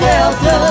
Delta